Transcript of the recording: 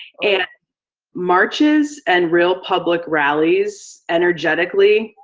and marches and real public rallies energetically.